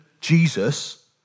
Jesus